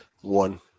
One